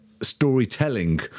storytelling